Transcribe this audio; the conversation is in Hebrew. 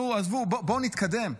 נו, עזבו, בואו נתקדם.